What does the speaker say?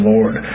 Lord